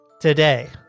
today